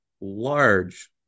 large